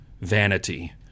vanity